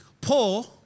Paul